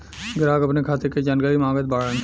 ग्राहक अपने खाते का जानकारी मागत बाणन?